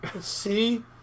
see